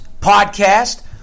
Podcast